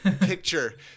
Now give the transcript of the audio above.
picture